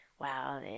wow